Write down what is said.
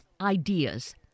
ideas